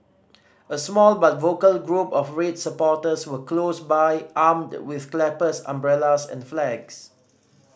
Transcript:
a small but vocal group of red supporters were close by armed with clappers umbrellas and flags